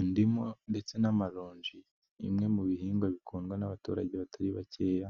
Indimu ndetse n'amaronji bimwe mu bihingwa bikundwa n'abaturage batari bakeya,